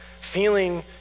feeling